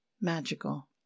magical